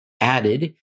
added